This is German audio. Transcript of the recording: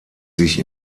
sich